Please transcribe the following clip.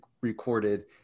recorded